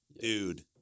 dude